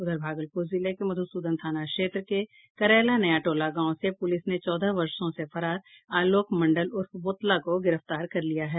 उधर भागलपुर जिले के मधुसूदनपुर थाना क्षेत्र के करैला नयाटोला गांव से प्रलिस ने चौदह वर्षो से फरार आलोक मंडल उर्फ बोतला को गिरफ्तार कर लिया है